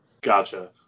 Gotcha